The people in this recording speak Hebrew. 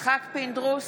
יצחק פינדרוס,